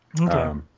Okay